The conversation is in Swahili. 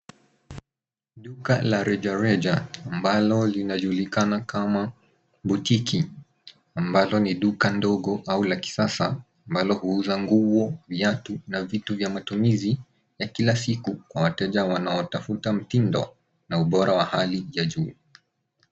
Duka la rejareja ambalo linajulikana kama boutique , ambalo ni duka ndogo au la kisasa ambalo huuza nguo, viatu na vitu vya matumizi ya kila siku kwa wateja wanaotafuta mtindo na ubora wa hali ya juu.